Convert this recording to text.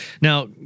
Now